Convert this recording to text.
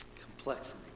complexity